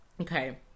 Okay